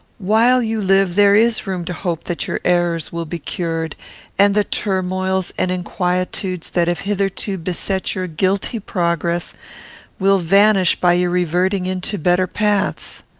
while you live, there is room to hope that your errors will be cured and the turmoils and inquietudes that have hitherto beset your guilty progress will vanish by your reverting into better paths.